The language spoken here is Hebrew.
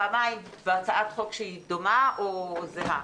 פעמים בהצעת חוק שהיא דומה או זהה.